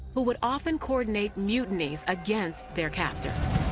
who would often coordinate mutinies against their captors.